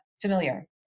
familiar